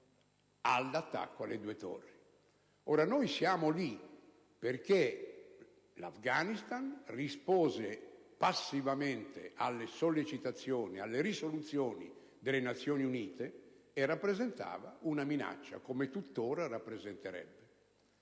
Nairobi, ed alle due Torri. Noi siamo lì perché l'Afghanistan rispose passivamente alle sollecitazioni ed alle risoluzioni delle Nazioni Unite e rappresentava una minaccia, come tuttora rappresenterebbe.